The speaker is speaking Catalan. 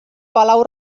palau